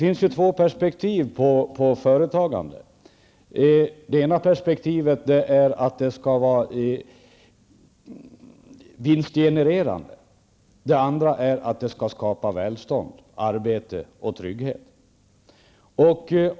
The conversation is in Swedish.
Herr talman! Det finns två perspektiv på företagande. Det ena är att det skall vara vinstgenererande. Det andra är att det skall skapa arbete, välstånd och trygghet.